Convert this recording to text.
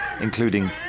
including